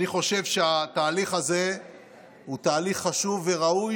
אני חושב שהתהליך הזה הוא תהליך חשוב וראוי,